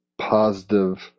positive